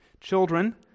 Children